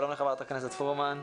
שלום לחברת הכנסת פרומן.